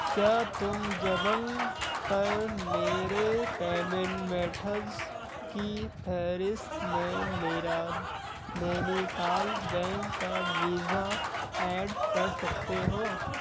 کیا تم جبنگ پر میرے پیمنٹ میٹھز کی فہرست میں میرا نینی تال بینک کا ویزا ایڈ کر سکتے ہو